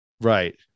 Right